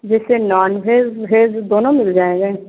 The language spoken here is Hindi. जैसे नॉन व्हेज व्हेज दोनों मिल जाएँगे